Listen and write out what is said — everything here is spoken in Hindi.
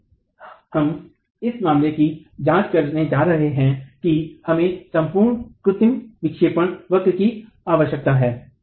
अब हम इस मामले की जांच करने जा रहे हैं कि हमें संपूर्ण कृत्रिम विक्षेपन वक्र की आवश्यकता है